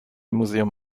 museum